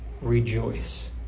rejoice